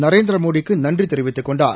நரேந்திரமோடிக்கு நன்றி தெரிவித்துக் கொண்டார்